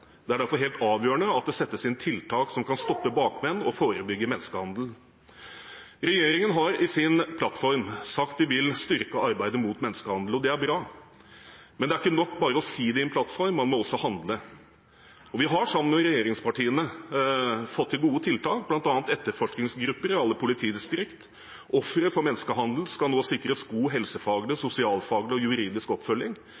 Det er derfor helt avgjørende at det settes inn tiltak som kan stoppe bakmenn og forebygge menneskehandel. Regjeringen har i sin plattform sagt at de vil styrke arbeidet mot menneskehandel, og det er bra. Men det er ikke nok bare å si det i en plattform, man må også handle. Vi har, sammen med regjeringspartiene, fått til gode tiltak, bl.a. etterforskningsgrupper i alle politidistrikt. Ofre for menneskehandel skal nå sikres god helsefaglig,